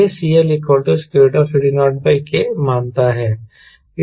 यह CLCD0K मानता है